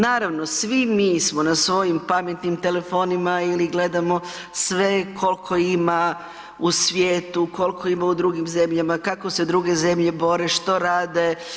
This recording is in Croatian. Naravno svi mi smo na svojim pametnim telefonima ili gledamo sve koliko ima u svijetu, koliko ima u drugim zemljama, kako se druge zemlje bore, što rade.